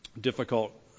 difficult